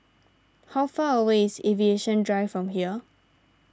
how far away is Aviation Drive from here